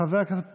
חבר הכנסת מולא,